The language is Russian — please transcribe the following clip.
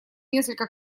несколько